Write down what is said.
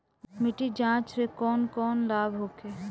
मिट्टी जाँच से कौन कौनलाभ होखे?